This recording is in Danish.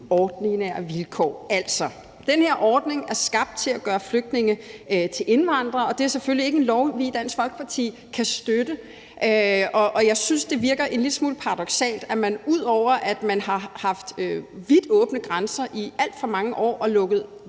ordinære vilkår. Altså, den her ordning er skabt til at gøre flygtninge til indvandrere, og det er selvfølgelig ikke en lov, vi i Dansk Folkeparti kan støtte. Jeg synes, det virker en lille smule paradoksalt, at danskerne – ud over at man har haft vidt åbne grænser i alt for mange år og har lukket